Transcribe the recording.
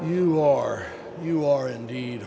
you are you are indeed